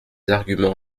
arguments